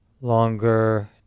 longer